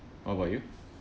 what about you